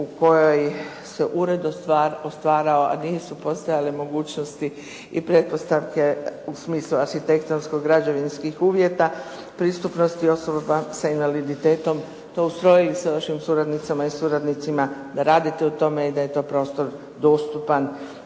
u kojoj se ured stvarao, a nisu postojale mogućnosti i pretpostavke u smislu arhitektonsko građevinskih uvjeta pristupnosti osoba s invaliditetom, to ustrojili sa vašim suradnicama i suradnicima da radite u tome i da je to prostor dostupan